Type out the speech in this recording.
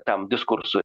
tam diskursui